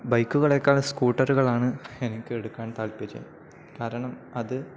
ബൈക്കുകളേക്കാൾ സ്കൂട്ടറുകളാണ് എനിക്ക് എടുക്കാൻ താൽപര്യം കാരണം അത്